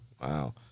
Wow